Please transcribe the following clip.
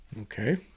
Okay